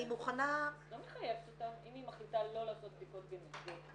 אם היא מחליטה לא לעשות בדיקות גנטיות,